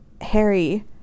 Harry